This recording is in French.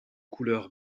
couleur